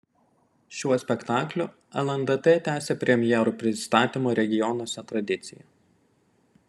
šiuo spektakliu lndt tęsia premjerų pristatymo regionuose tradiciją